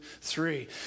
three